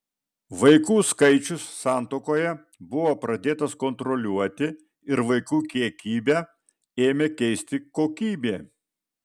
vaikų skaičius santuokoje buvo pradėtas kontroliuoti ir vaikų kiekybę ėmė keisti kokybė